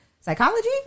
psychology